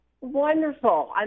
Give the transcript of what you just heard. Wonderful